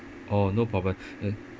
oh no problem